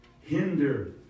hinder